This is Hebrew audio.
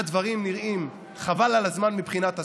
הדברים נראים חבל על הזמן מבחינת השמאל,